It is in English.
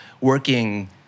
working